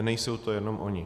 Nejsou to jenom oni.